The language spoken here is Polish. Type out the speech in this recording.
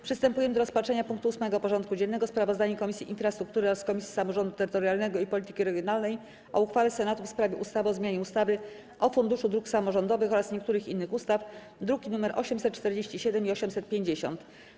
Przystępujemy do rozpatrzenia punktu 8. porządku dziennego: Sprawozdanie Komisji Infrastruktury oraz Komisji Samorządu Terytorialnego i Polityki Regionalnej o uchwale Senatu w sprawie ustawy o zmianie ustawy o Funduszu Dróg Samorządowych oraz niektórych innych ustaw (druki nr 847 i 850)